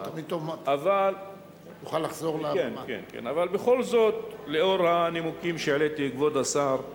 אבל בכל זאת, לאור הנימוקים שהעליתי, כבוד השר,